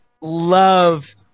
love